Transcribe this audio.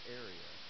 area